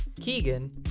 Keegan